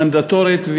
היא מנדטורית,